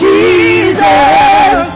Jesus